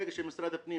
ברגע שמשרד הפנים